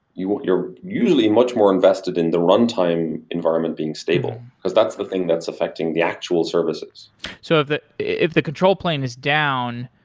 you're you're usually much more invested in the runtime environment being stable, because that's the thing that's affecting the actual services so if the control plane is down,